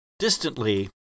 Distantly